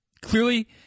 clearly